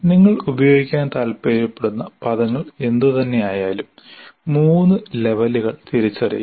നിങ്ങൾ ഉപയോഗിക്കാൻ താൽപ്പര്യപ്പെടുന്ന പദങ്ങൾ എന്തുതന്നെയായാലും മൂന്ന് ലെവലുകൾ തിരിച്ചറിയുക